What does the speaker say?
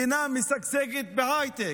מדינה משגשגת בהייטק.